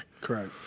Correct